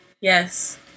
Yes